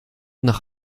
nach